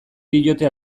diote